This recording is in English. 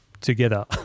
together